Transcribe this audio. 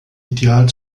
ideal